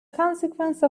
consequence